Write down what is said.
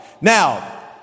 Now